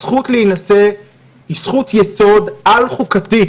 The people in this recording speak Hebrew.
הזכות להינשא היא זכות יסוד על-חוקתית,